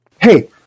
Hey